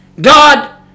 God